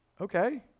Okay